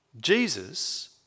Jesus